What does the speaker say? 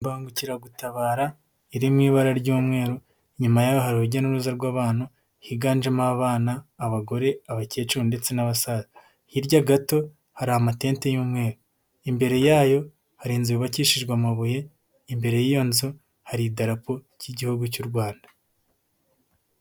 Imbangukuragutabara, iri mu ibara ry'umweru nyuma y'aho hari urujya n'uruza rw'abana higanjemo abana, abagore, abakecuru, ndetse n'basaza. Hirya gato hari amatente y'umweru. Imbere yayo hari inzu yubakishijwe amabuye, imbere y'iyo nzu hari idarapo ry'igihugu cy'uRwanda.